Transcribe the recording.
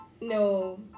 No